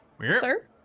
sir